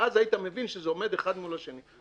ואז היית מבין שזה עומד אחד מול השני.